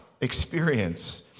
experience